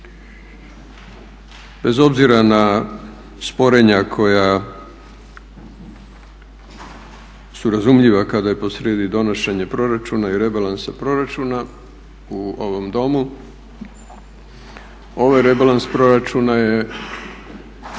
Bez obzira na sporenja koja su razumljiva kad je posrijedi donošenje proračuna i rebalansa proračuna u ovom domu. Ovaj rebalans proračuna je